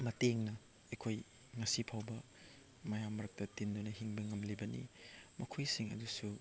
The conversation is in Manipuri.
ꯃꯇꯦꯡꯅ ꯑꯩꯈꯣꯏ ꯉꯁꯤ ꯐꯥꯎꯕ ꯃꯌꯥꯝ ꯃꯔꯛꯇ ꯇꯤꯟꯗꯨꯅ ꯍꯤꯡꯕ ꯉꯝꯂꯤꯕꯅꯤ ꯃꯈꯣꯏꯁꯤꯡ ꯑꯗꯨꯁꯨ